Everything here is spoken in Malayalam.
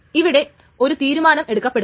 അവിടെ ഒരു തീരുമാനം എടുക്കപ്പെടുന്നു